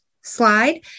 slide